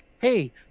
hey